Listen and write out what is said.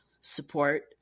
support